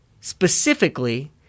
specifically